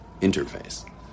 interface